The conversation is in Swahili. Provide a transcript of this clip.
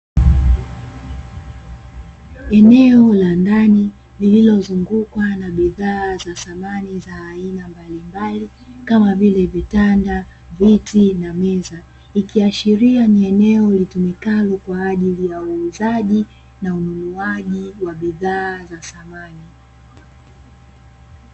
Eneo la ndani lililozungukwa na bidhaa za samani za aina mbalimbali, kama vile: vitanda, viti na meza; ikiashiria ni eneo litumikalo kwa ajili ya uuzaji na ununuaji wa bidhaa za samani.